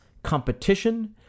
competition